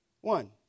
one